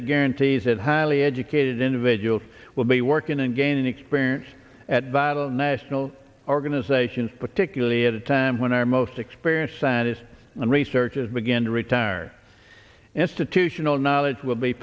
it guarantees that highly educated individuals will be working and gaining experience at vital national organizations particularly at a time when our most experienced scientists and researches begin to retire institutional knowledge will be